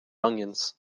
onions